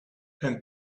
and